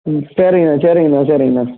ம் சரிங்கணா சரிங்கணா சரிங்கணா